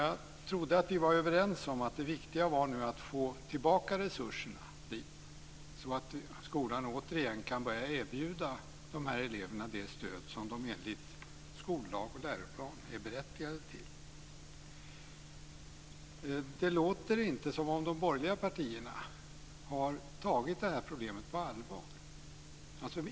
Jag trodde att vi var överens om att det viktiga var att få tillbaka resurserna så att skolan återigen kan börja erbjuda eleverna det stöd de enligt skollag och läroplan är berättigade till. Det låter inte som om de borgerliga partierna har tagit problemet på allvar.